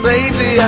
Baby